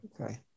okay